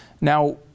Now